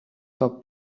for